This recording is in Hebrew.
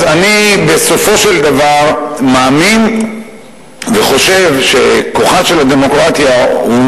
אז אני בסופו של דבר מאמין וחושב שכוחה של הדמוקרטיה בא,